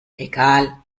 egal